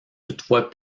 toutefois